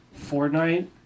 fortnite